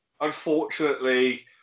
unfortunately